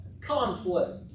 conflict